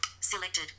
selected